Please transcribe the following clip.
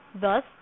Thus